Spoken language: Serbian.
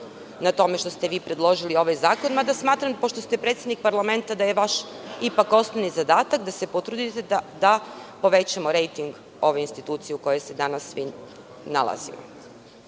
na tome što ste vi predložili ovaj zakon, mada smatram pošto ste predsednik parlamenta, da je vaš osnovni zadatak da se potrudite da povećamo rejting ove institucije u kojoj se danas svi nalazimo. Da